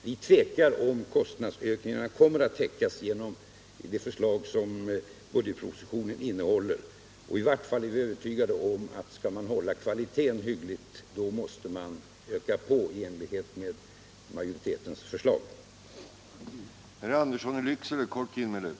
Vi tvekar om kostnadsökningarna kommer att täckas genom det förslag budgetpropositionen innehåller; i vart fall är vi övertygade om att man — om man skall hålla kvaliteten hygglig - måste öka anslaget i enlighet med utskottsmajoritetens förslag.